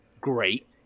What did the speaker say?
great